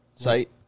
site